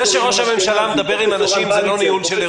זה שראש הממשלה מדבר עם אנשים זה לא ניהול של אירוע.